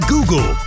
Google